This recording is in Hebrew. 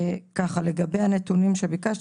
לגבי הנתונים שביקשת,